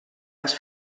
les